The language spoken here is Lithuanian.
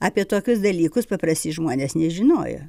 apie tokius dalykus paprasti žmonės nežinojo